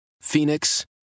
Phoenix